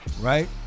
Right